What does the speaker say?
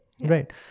right